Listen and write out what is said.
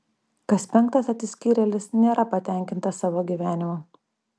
kas penktas atsiskyrėlis nėra patenkintas savo gyvenimu